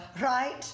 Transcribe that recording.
Right